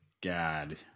God